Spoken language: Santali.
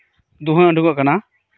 ᱫᱩᱸᱦᱟᱹ ᱩᱰᱩᱠᱚᱜ ᱠᱟᱱᱟ